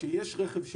שיש רכב,